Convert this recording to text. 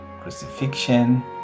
crucifixion